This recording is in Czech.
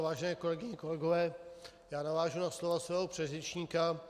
Vážené kolegyně, kolegové, já navážu na slova svého předřečníka.